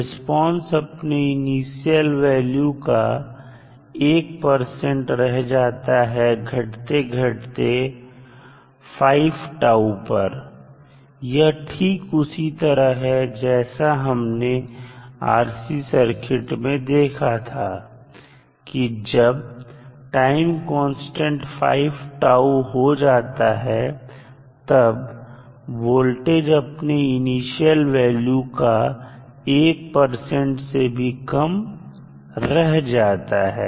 response अपने initial value का 1 रह जाता है घटते घटते 5 τ पर यह ठीक उसी तरह जैसा हमने RC सर्किट में देखा था कि जब टाइम कांस्टेंट 5 τ हो जाता है तब वोल्टेज अपने इनिशियल वैल्यू का 1 से भी कम रह जाता है